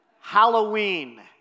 halloween